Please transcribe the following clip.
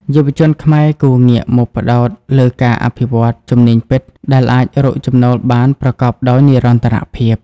យុវជនខ្មែរគួរងាកមកផ្តោតលើការអភិវឌ្ឍ "ជំនាញពិត" ដែលអាចរកចំណូលបានប្រកបដោយនិរន្តរភាព។